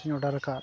order ᱠᱟᱜ